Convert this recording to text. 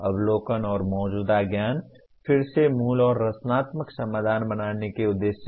अवलोकन और मौजूदा ज्ञान फिर से मूल और रचनात्मक समाधान बनाने के उद्देश्य से